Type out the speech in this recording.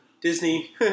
Disney